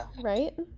right